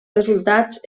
resultats